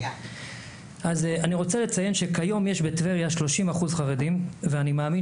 אז אני רוצה לציין שכיום יש בטבריה 30% חרדים ואני מאמין